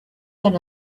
than